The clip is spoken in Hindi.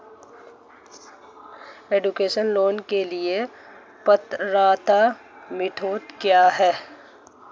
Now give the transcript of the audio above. एजुकेशन लोंन के लिए पात्रता मानदंड क्या है?